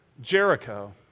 Jericho